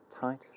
tight